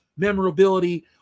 memorability